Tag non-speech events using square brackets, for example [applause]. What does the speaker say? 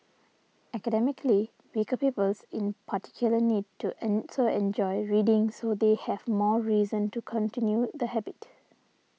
academically weaker pupils in particular need to [hesitation] also enjoy reading so they have more reason to continue the habit